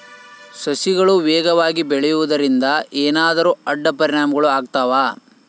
ಸಸಿಗಳು ವೇಗವಾಗಿ ಬೆಳೆಯುವದರಿಂದ ಏನಾದರೂ ಅಡ್ಡ ಪರಿಣಾಮಗಳು ಆಗ್ತವಾ?